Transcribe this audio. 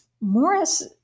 Morris